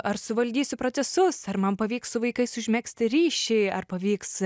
ar suvaldysiu procesus ar man pavyks su vaikais užmegzti ryšį ar pavyks